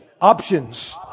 Options